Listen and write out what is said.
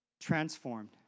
transformed